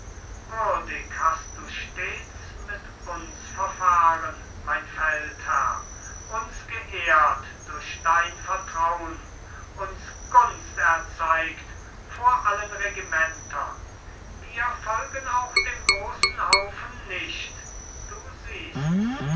hast du stets mit uns verfahren mein feldherr uns geehrt durch dein vertraun uns gunst erzeigt vor allen regimentern wir folgen auch dem großen haufen nicht du siehsts